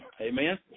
amen